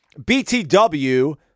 BTW